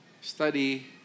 study